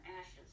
ashes